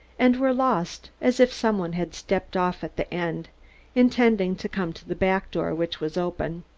and were lost, as if some one had stepped off at the end intending to come to the back door, which was open.